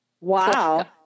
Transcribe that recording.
Wow